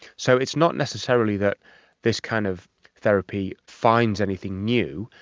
so it's not necessarily that this kind of therapy finds anything new,